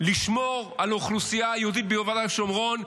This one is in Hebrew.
לשמור על האוכלוסייה היהודית ביהודה ושומרון,